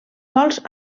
sòls